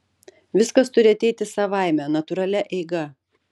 viskas turi ateiti savaime natūralia eiga